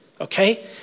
okay